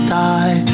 die